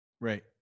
Right